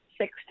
six